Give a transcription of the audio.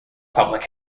public